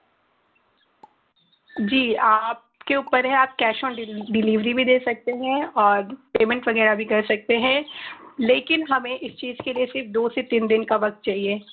جی آپ کے اوپر ہے آپ کیش آن ڈلیوری بھی دے سکتے ہیں اور پیمنٹ وغیرہ بھی کر سکتے ہیں لیکن ہمیں اس چیز کے لیے صرف دو سے تین دن کا وقت چاہیے